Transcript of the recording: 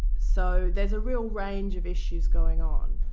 so there's a real range of issues going on,